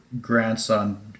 grandson